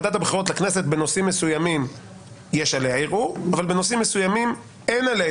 החלטות ועדת הבחירות לכנסת בנושאים מסוימים ובנושאים מסוימים לא,